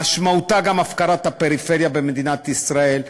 משמעותה גם הפקרת הפריפריה במדינת ישראל,